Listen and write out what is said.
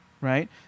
right